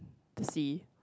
to see